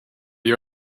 you